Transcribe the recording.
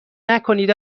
نکنید